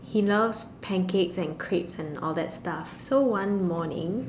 he loves pancakes and crepes and all that stuff so one morning